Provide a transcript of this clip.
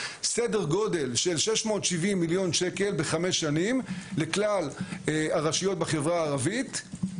סדר גודל של 670 מיליון שקל בחמש שנים לכלל הרשויות בחברה הערבית,